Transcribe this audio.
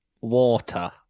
Water